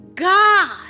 God